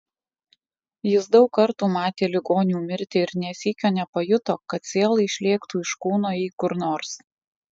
jis daug kartų matė ligonių mirtį ir nė sykio nepajuto kad siela išlėktų iš kūno į kur nors